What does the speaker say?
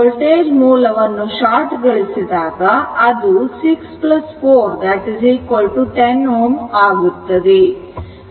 voltage ಮೂಲವನ್ನು short ಗೊಳಿಸಿದಾಗ ಅದು 6 4 10 Ω ಆಗುತ್ತದೆ